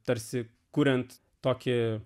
tarsi kuriant tokį